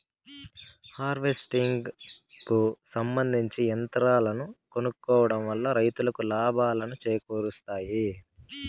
harvesting కు సంబందించిన యంత్రాలను కొనుక్కోవడం వల్ల రైతులకు లాభాలను చేకూరుస్తాయి